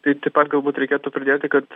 tai taip pat galbūt reikėtų pridėti kad